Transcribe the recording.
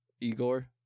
Igor